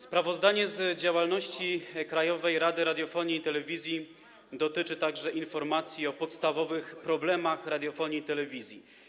Sprawozdanie z działalności Krajowej Rady Radiofonii i Telewizji dotyczy także informacji o podstawowych problemach radiofonii i telewizji.